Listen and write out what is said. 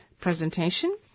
presentation